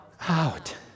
Out